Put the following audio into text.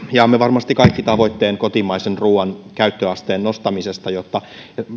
jaamme varmasti kaikki tavoitteen kotimaisen ruuan käyttöasteen nostamisesta jotta